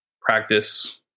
practice